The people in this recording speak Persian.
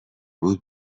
بود